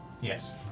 Yes